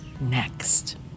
next